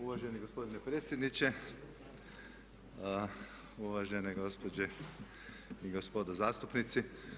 Uvaženi gospodine predsjedniče, uvažene gospođe i gospodo zastupnici.